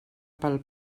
pel